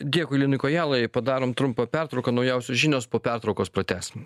dėkui linui kojalai padarom trumpą pertrauką naujausios žinios po pertraukos pratęsim